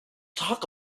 talk